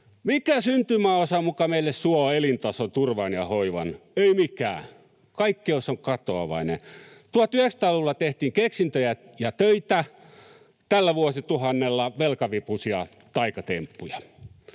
Mikä syntymäosa muka meille suo elintason, turvan ja hoivan? Ei mikään. Kaikkeus on katoavainen. 1900-luvulla tehtiin keksintöjä ja töitä, tällä vuosituhannella velkavipuisia taikatemppuja.